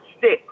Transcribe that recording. six